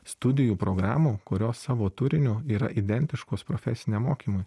studijų programų kurios savo turiniu yra identiškos profesiniam mokymui